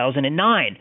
2009